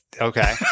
Okay